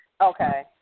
Okay